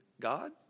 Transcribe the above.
God